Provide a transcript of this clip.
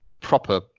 proper